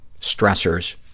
stressors